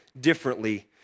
differently